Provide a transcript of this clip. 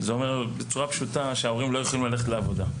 זה אומר בצורה פשוטה שההורים לא יכולים ללכת לעבודה.